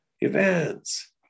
events